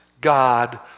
God